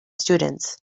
students